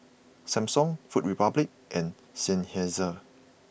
Samsung Food Republic and Seinheiser